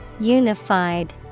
Unified